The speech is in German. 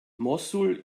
mossul